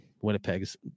Winnipeg's